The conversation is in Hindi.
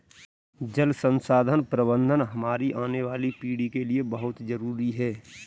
जल संसाधन प्रबंधन हमारी आने वाली पीढ़ी के लिए बहुत जरूरी है